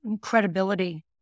credibility